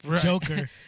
Joker